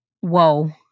Whoa